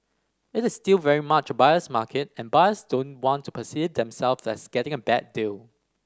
it is still very much a buyer's market and buyers don't want to perceive themself as getting a bad deal